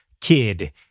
kid